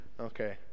Okay